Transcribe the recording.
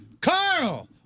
Carl